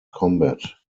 combat